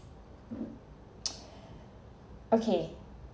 okay